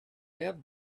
have